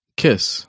kiss